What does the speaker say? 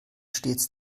stets